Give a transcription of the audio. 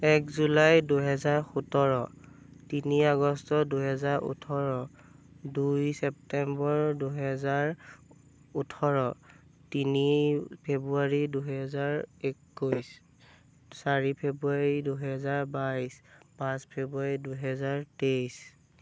এক জুলাই দুহেজাৰ সোতৰ তিনি আগষ্ট দুহেজাৰ ওঠৰ দুই চেপ্তেম্বৰ দুহেজাৰ ওঠৰ তিনি ফেব্ৰুৱাৰী দুহেজাৰ একৈছ চাৰি ফেব্ৰুৱাৰী দুহেজাৰ বাইছ পাঁচ ফেব্ৰুৱাৰী দুহেজাৰ তেইছ